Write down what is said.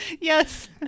Yes